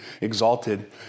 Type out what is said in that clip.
exalted